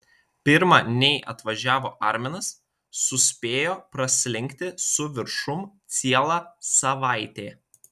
pirma nei atvažiavo arminas suspėjo praslinkti su viršum ciela savaitė